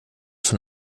von